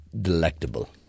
delectable